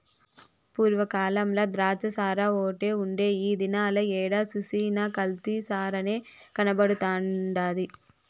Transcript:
పూర్వ కాలంల ద్రాచ్చసారాఓటే ఉండే ఈ దినాల ఏడ సూసినా కల్తీ సారనే కనబడతండాది